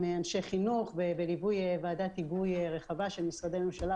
אנשי חינוך בליווי ועדת היגוי רחבה של משרדי הממשלה,